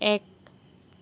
এক